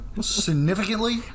significantly